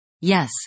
Yes